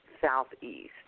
southeast